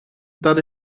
dat